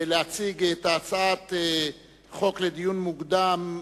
להציג את הצעת חוק הכנסת